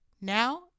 Now